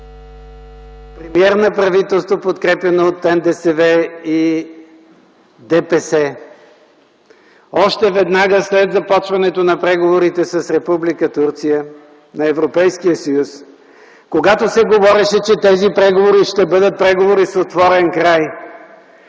премиер на правителство подкрепяно от НДСВ и ДПС, веднага след започването на преговорите с Република Турция с Европейския съюз, когато се говореше, че тези преговори ще бъдат преговори с отворен край